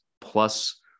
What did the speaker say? plus